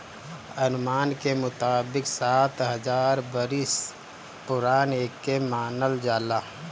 अनुमान के मुताबिक सात हजार बरिस पुरान एके मानल जाला